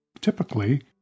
Typically